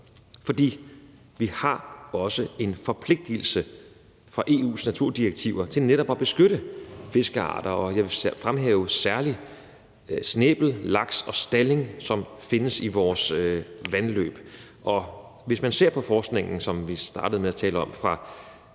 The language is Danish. Vi har også en forpligtelse fra EU's naturdirektiver til netop at beskytte fiskearter, og jeg vil fremhæve særlig snæbel, laks og stalling, som findes i vores vandløb. Hvis man ser på forskningen, som vi startede med at tale om, fra